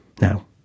Now